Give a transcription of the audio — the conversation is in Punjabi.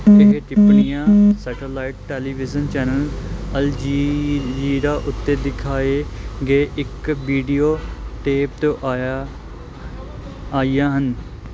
ਇਹ ਟਿੱਪਣੀਆਂ satellite television channel Al Jazeera ਉੱਤੇ ਦਿਖਾਏ ਗਏ ਇੱਕ ਵੀਡੀਓ ਟੇਪ ਤੋਂ ਆਇਆ ਆਈਆਂ ਹਨ